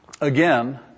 again